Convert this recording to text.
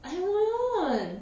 I won't